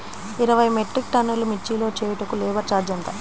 ఇరవై మెట్రిక్ టన్నులు మిర్చి లోడ్ చేయుటకు లేబర్ ఛార్జ్ ఎంత?